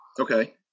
okay